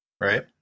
Right